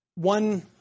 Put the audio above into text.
One